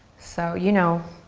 so you know,